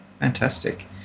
Fantastic